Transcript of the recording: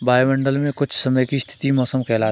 वायुमंडल मे कुछ समय की स्थिति मौसम कहलाती है